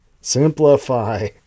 simplify